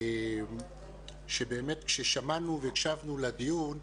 שבאמת כששמענו והקשבנו לדיון,